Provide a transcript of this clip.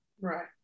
right